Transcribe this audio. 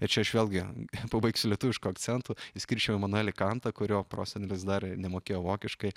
ir čia aš vėl gi pabaigsiu lietuvišku akcentu išskirčiau imanuelį kantą kurio prosenelis dar nemokėjo vokiškai